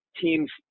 teams